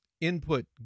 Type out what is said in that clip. input